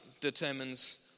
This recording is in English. determines